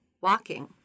walking